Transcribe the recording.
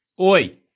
Oi